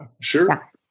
Sure